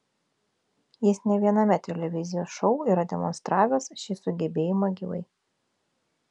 jis ne viename televizijos šou yra demonstravęs šį sugebėjimą gyvai